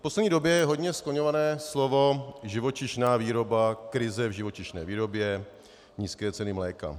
V poslední době je hodně skloňované slovo živočišná výroba, krize v živočišné výrobě, nízké ceny mléka.